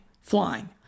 flying